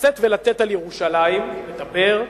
לשאת ולתת על ירושלים, לדבר,